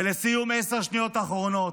ולסיום, עשר שניות אחרונות,